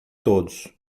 todos